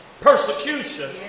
persecution